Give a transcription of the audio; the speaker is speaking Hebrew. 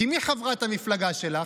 כי מי חברת המפלגה שלך?